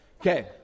okay